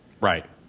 right